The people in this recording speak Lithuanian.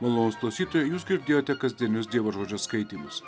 malonūs klausytojai jūs girdėjote kasdienius dievo žodžio skaitymus